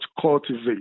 cultivate